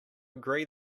agree